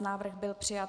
Návrh byl přijat.